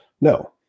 No